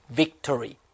victory